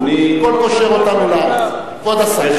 הכול קושר אותנו לעם הזה.